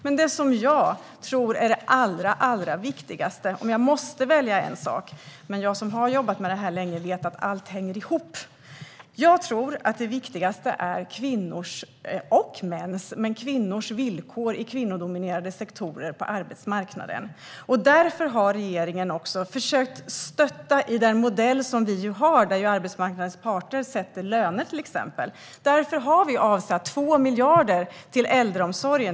Jag som har jobbat länge med detta vet att allt hänger ihop, men om jag måste välja en fråga som jag tror är den allra viktigaste är det kvinnors - och mäns - villkor i kvinnodominerade sektorer på arbetsmarknaden. Därför har regeringen också försökt stötta i den modell vi har, där arbetsmarknadens parter till exempel sätter löner, genom att avsätta 2 miljarder till äldreomsorgen.